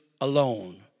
alone